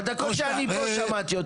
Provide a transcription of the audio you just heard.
בדקות שאני פה שמעתי אותך